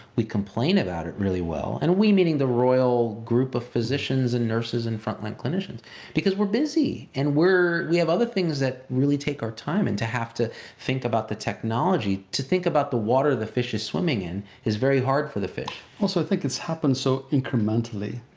we complain about it really well, and we meaning the royal group of physicians and nurses and frontline clinicians because we're busy and we have other things that really take our time and to have to think about the technology, to think about the water the fish is swimming in is very hard for the fish. also, i think it's happened so incrementally.